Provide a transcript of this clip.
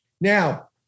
Now